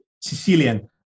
Sicilian